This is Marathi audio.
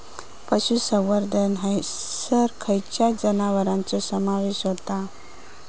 पशुसंवर्धन हैसर खैयच्या जनावरांचो समावेश व्हता?